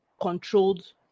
controlled